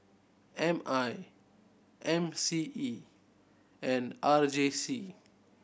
M I M C E and R J C